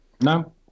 No